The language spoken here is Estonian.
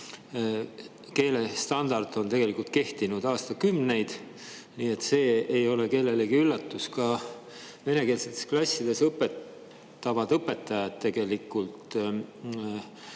keelestandard on tegelikult kehtinud aastakümneid. Nii et see ei ole kellelegi üllatus. Ka venekeelsetes klassides õpetavad õpetajad on